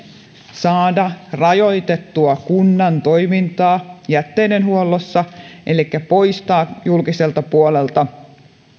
saada rajoitettua kunnan toimintaa jätteidenhuollossa elikkä poistaa julkiselta puolelta